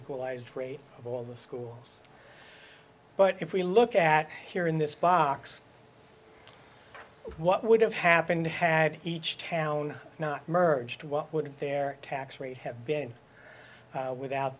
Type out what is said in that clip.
equalized rate of all the schools but if we look at here in this box what would have happened had each town not merged what would their tax rate have been without